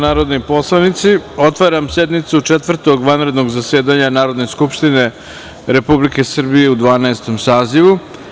narodni poslanici, otvaram sednicu Četvrtog vanrednog zasedanja Narodne skupštine Republike Srbije u Dvanaestom sazivu.